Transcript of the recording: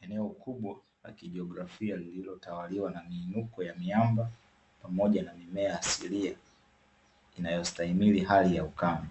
Eneo kubwa la kijiographia lililo tawaliwa na miinuko ya miamba pamoja na mimea asilia inayostahimili hali ya ukame.